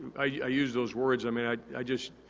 i use those words, i mean, i i just,